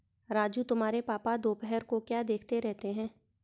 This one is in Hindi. राजू तुम्हारे पापा दोपहर को क्या देखते रहते हैं?